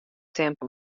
tempo